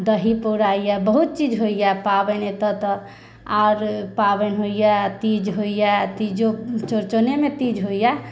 दही पोराइया बहुत चीज होइया पाबनि एतऽ तऽ आर पाबनि होइया तीज होइया तीजो चौरचनेमे तीज होइया